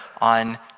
on